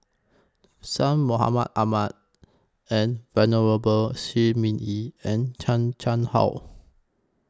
Syed Mohamed Ahmed and Venerable Shi Ming Yi and Chan Chang How